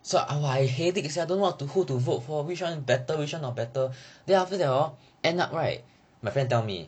so !wah! I headache sia because I don't know who to vote which one better which one not better then end up right my friend tell me